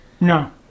No